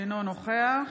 אינו נוכח